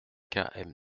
kmw